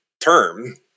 term